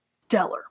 stellar